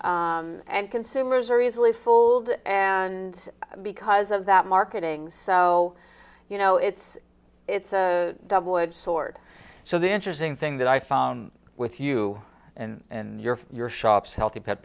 and consumers are easily fooled and because of that marketing so you know it's it's a double edged sword so the interesting thing that i found with you and your your shops healthy pet